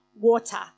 water